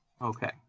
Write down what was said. Okay